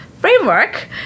framework